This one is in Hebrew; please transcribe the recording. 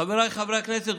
חבריי חברי הכנסת,